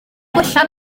gwella